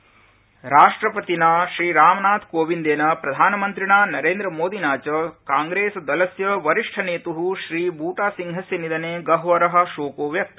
शोकसन्देश राष्ट्रपतिना श्रीरामनाथकोविंदेन प्रधानमन्त्रिणा नरेन्द्रमोदिना च कांप्रेसदलस्य वरिष्ठ नेतु श्रीबूटासिंहस्य निधने गढ्वर शोको व्यक्त